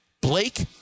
Blake